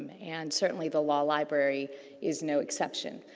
and, certainly, the law library is no exception.